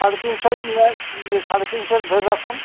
সাড়ে তিনশোই নিয়ে নিয়ে সাড়ে তিনশোই ধরে রাখুন